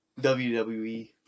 WWE